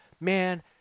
man